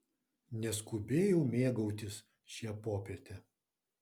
neskubėjau mėgautis šia popiete